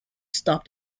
stop